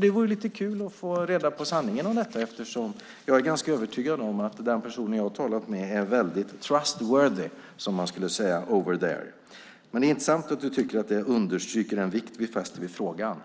Det vore lite kul att få reda på sanningen om detta, eftersom jag är ganska övertygad om att den person jag har talat med är mycket trustworthy, som de skulle säga over there. Men det är intressant att du tycker att det understryker den vikt vi fäster vid frågan.